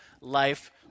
life